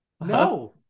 No